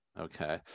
Okay